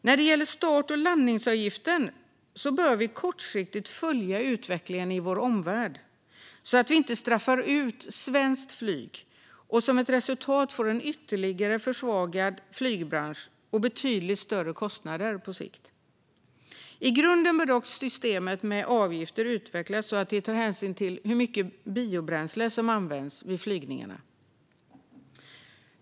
När det gäller start och landningsavgifter bör vi kortsiktigt följa utvecklingen i vår omvärld så att vi inte straffar ut svenskt flyg och som resultat får en ytterligare försvagad flygbransch och betydligt större kostnader på sikt. I grunden bör dock systemet med avgifter utvecklas så att det tar hänsyn till hur mycket biobränsle som används vid flygningarna.